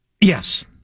Yes